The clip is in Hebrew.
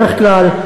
בדרך כלל,